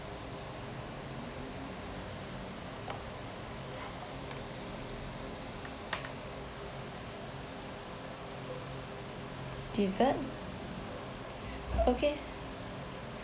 dessert okay